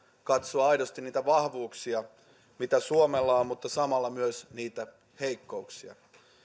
katsoa aidosti niitä vahvuuksia mitä suomella on on mutta samalla myös niitä heikkouksia